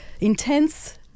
intense